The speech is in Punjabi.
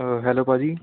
ਹੈਲੋ ਭਾਅ ਜੀ